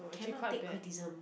cannot take criticism